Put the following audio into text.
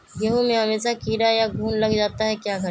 गेंहू में हमेसा कीड़ा या घुन लग जाता है क्या करें?